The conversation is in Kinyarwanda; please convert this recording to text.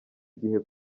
igihe